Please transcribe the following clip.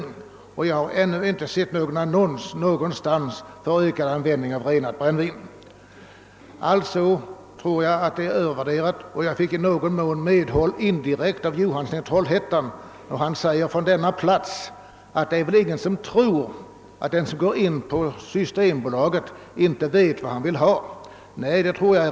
Ingen förändring har inträtt i det förhållandet, men ännu har jag inte någonstans sett en annons för användning av renat brännvin. Indirekt fick jag medhåll av herr Johansson i Trollhättan, när han sade att ingen tror att den som går in på systembolaget inte vet vad han vill ha.